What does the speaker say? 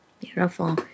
Beautiful